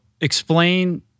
explain